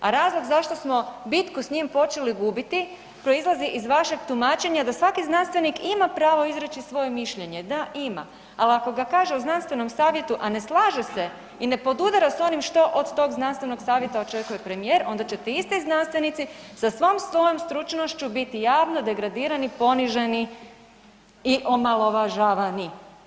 A razlog zašto smo bitku s njim počeli gubiti proizlazi iz vašeg tumačenja da svaki znanstvenik ima pravo izreći svoje mišljenje, da ima, ali ako ga kaže u znanstvenom savjetu, a ne slaže se i ne podudara s onim što od tog znanstvenog savjeta očekuje premijer onda će ti isti znanstvenici sa svom svojom stručnošću biti javno degradirani, poniženi i omalovažavani.